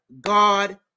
God